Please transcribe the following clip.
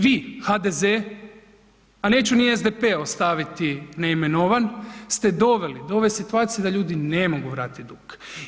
Vi, HDZ-e, a neću ni SDP-e ostaviti neimenovan ste doveli do ove situacije da ljudi ne mogu vratiti dug.